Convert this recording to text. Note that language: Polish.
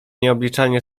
nieobliczalnie